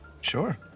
sure